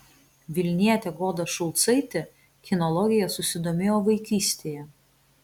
vilnietė goda šulcaitė kinologija susidomėjo vaikystėje